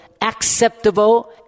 acceptable